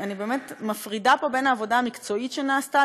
אני באמת מפרידה פה בין העבודה המקצועית שנעשתה,